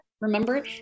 remember